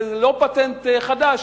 זה לא פטנט חדש.